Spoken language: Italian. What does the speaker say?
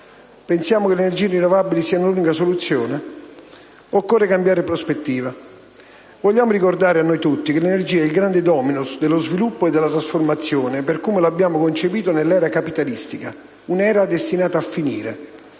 Pensiamo che le energie rinnovabili siano l'unica soluzione? Occorre cambiare prospettiva. Vogliamo ricordare a noi tutti che l'energia è il grande *dominus* dello sviluppo e della trasformazione per come l'abbiamo concepito nell'era capitalistica; un'era destinata a finire.